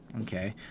okay